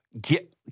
Get